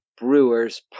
Brewers